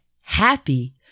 happy